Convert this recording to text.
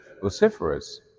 vociferous